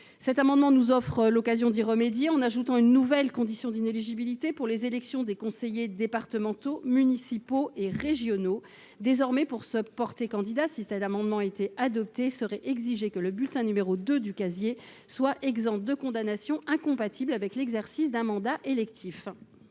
Cet amendement nous offre l’occasion d’y remédier en ajoutant une nouvelle condition d’inéligibilité pour l’élection des conseillers départementaux, municipaux et régionaux. Désormais, pour se porter candidat, si cet amendement était adopté, il serait exigé que le bulletin n° 2 du casier judiciaire soit exempt de condamnation incompatible avec l’exercice d’un mandat électif.